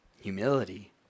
humility